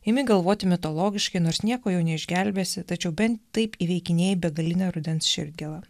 imi galvoti mitologiškai nors nieko jau neišgelbėsi tačiau ben taip įveikinėji begalinę rudens širdgėlą